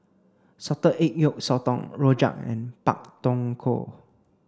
salted egg yolk sotong Rojak and Pak Thong Ko